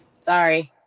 sorry